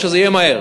העבודה.